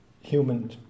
human